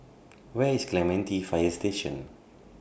Where IS Clementi Fire Station